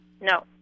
No